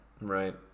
Right